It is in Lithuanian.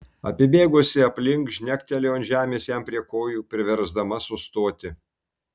apibėgusi aplink žnektelėjo ant žemės jam prie kojų priversdama sustoti